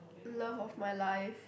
love of my life